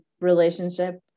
relationship